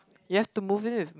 you have to move in with